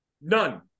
None